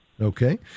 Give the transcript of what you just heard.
Okay